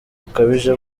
bukabije